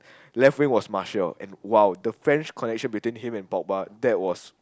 left wing was Marshall and !wow! the French connection between him and Pogba that was